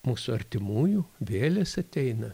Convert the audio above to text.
mūsų artimųjų vėlės ateina